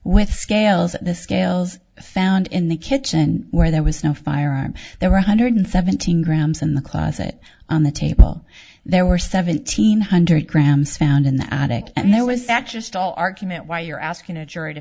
with scales scales found in the kitchen where there was no firearm there one hundred seventeen grams in the closet on the table there were seventeen hundred grams found in the attic and there was that just all argument why you're asking a jury to